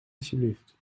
alsjeblieft